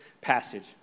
passage